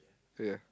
ya